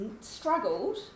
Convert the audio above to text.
struggled